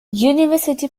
university